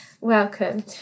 welcome